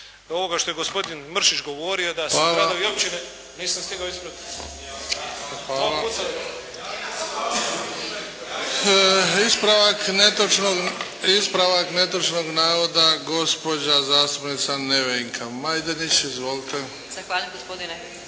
Hvala. Ispravak netočnog navoda, gospođa zastupnica Nevenka Majdenić. Izvolite.